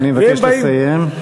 אני מבקש לסיים.